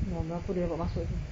berapa dia dapat masuk ni